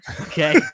Okay